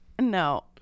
No